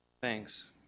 Thanks